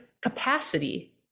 capacity